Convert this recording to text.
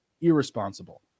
Irresponsible